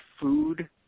food